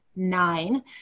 nine